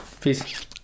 peace